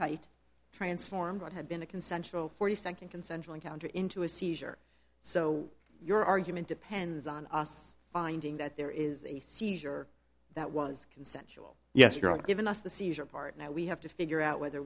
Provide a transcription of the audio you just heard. tight transformed what had been a consensual forty second consensual encounter into a seizure so your argument depends on us finding that there is a seizure that was consensual yes you're not giving us the seizure part now we have to figure out whether